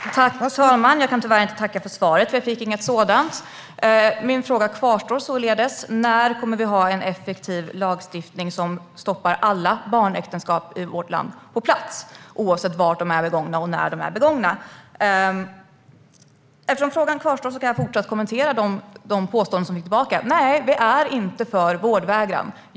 Fru talman! Jag kan tyvärr inte tacka för svaret, för jag fick inget sådant. Min fråga kvarstår således. När kommer vi att ha en effektiv lagstiftning som stoppar alla barnäktenskap i vårt land på plats oavsett var och när de är begångna? Eftersom frågan kvarstår kan jag fortsatt kommentera de påståenden som jag fick tillbaka. Nej, vi är inte för vårdvägran.